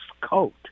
coat